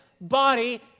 body